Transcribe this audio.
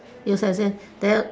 yes as in there